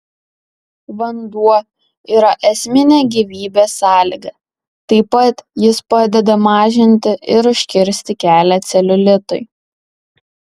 vanduo yra esminė gyvybės sąlyga taip pat jis padeda mažinti ir užkirsti kelią celiulitui